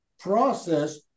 Process